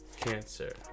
Cancer